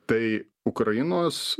tai ukrainos